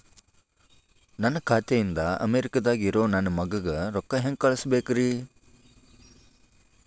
ನನ್ನ ಖಾತೆ ಇಂದ ಅಮೇರಿಕಾದಾಗ್ ಇರೋ ನನ್ನ ಮಗಗ ರೊಕ್ಕ ಹೆಂಗ್ ಕಳಸಬೇಕ್ರಿ?